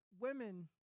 women